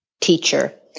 teacher